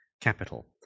Capital